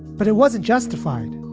but it wasn't justified.